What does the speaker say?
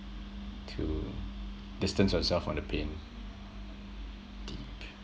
to distance yourself from the pain deep